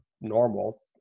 normal